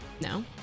No